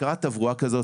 בקרת תברואה כזו,